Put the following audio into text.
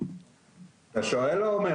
אין תכניות מפורטות.